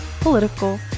political